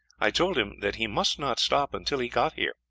i told him that he must not stop until he got here.